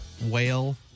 whale